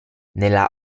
nella